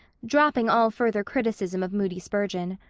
dropping all further criticism of moody spurgeon.